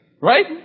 Right